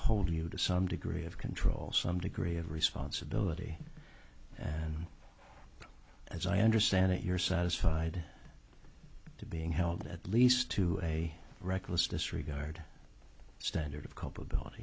hold you to some degree of control some degree of responsibility and as i understand it you're satisfied to being held at least to a reckless disregard standard of culpability